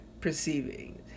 perceiving